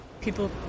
people